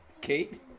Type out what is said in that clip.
Kate